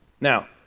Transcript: Now